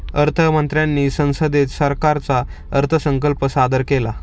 अर्थ मंत्र्यांनी संसदेत सरकारचा अर्थसंकल्प सादर केला